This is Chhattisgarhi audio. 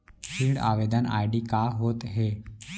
ऋण आवेदन आई.डी का होत हे?